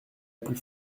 plus